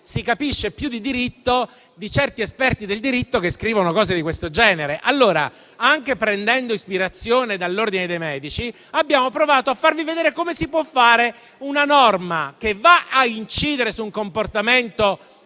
si capisce più di diritto di certi esperti del diritto che scrivono cose di questo genere. Anche prendendo ispirazione dall'ordine dei medici, abbiamo provato a farvi vedere come si può fare una norma che va a incidere su un comportamento